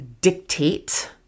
dictate